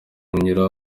nyura